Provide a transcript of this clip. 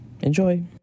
enjoy